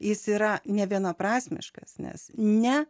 jis yra nevienaprasmiškas nes ne